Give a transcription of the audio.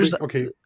okay